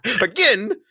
Again